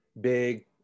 big